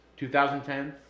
2010